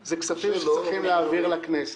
אלה כספים שצריך להעביר לכנסת.